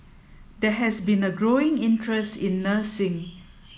there has been a growing interest in nursing